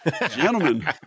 Gentlemen